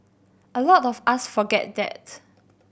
a lot of us forget that's